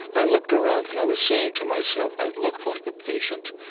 i looked around and i was saying to myself i look like a patient,